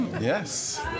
Yes